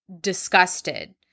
disgusted